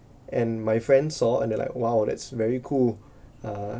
and my friend saw and they like !wow! that's very cool uh